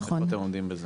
נכון.